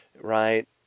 right